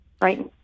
Right